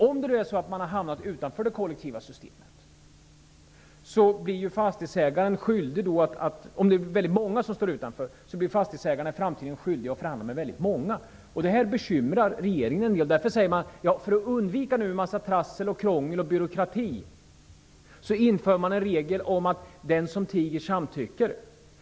Om många hamnar utanför det kollektiva systemet skulle fastighetsägarna i framtiden också bli skyldiga att förhandla med alla dessa, och detta bekymrar regeringen. Den föreslår därför för att undvika trassel, krångel och byråkrati att det införs en regel om att den som tiger samtycker.